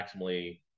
maximally